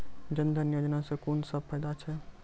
जनधन योजना सॅ कून सब फायदा छै?